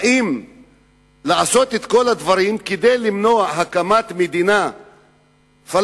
האם לעשות את כל הדברים כדי למנוע הקמת מדינה פלסטינית